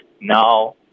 now